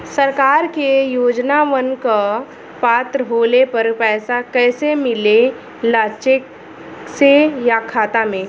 सरकार के योजनावन क पात्र होले पर पैसा कइसे मिले ला चेक से या खाता मे?